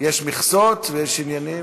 יש מכסות ויש עניינים.